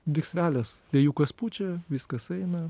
viksvelės vėjukas pučia viskas eina